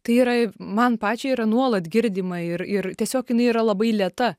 tai yra man pačiai yra nuolat girdima ir ir tiesiog jinai yra labai lėta